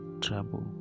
Trouble